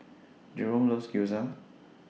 Jeromy loves Gyoza